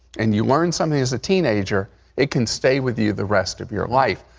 and you learn something as a teenager it can stay with you the rest of your life.